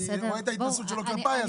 אני רואה את ההתנשאות שלו כלפיי,